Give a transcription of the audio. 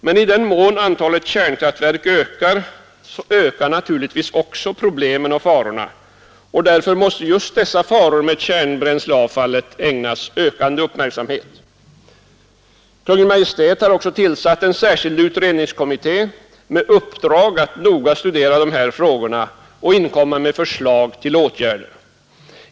Men i den mån antalet kärnkraftverk ökar, ökar naturligtvis också problemen och farorna, och därför måste just dessa faror med bränsleavfallet ägnas ökande uppmärksamhet. Kungl. Maj:t har också tillsatt en särskild utredningskommitté med uppdrag att noga studera dessa frågor och inkomma med förslag till åtgärder.